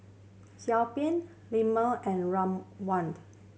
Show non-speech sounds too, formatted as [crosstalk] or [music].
[unintelligible] ban lemang and rawone